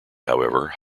however